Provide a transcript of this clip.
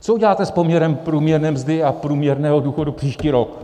Co uděláte s poměrem průměrné mzdy a průměrného důchodu příští rok?